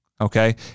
okay